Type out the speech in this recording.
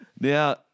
Now